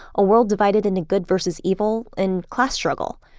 a world divided into good versus evil, and class struggle.